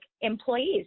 employees